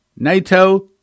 NATO